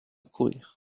courir